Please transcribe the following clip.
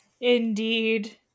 Indeed